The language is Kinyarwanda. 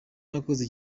nakoze